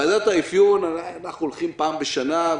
אנחנו הולכים פעם בשנה,